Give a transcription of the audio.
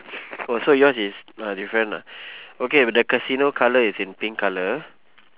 oh so yours is uh different lah okay the casino colour is in pink colour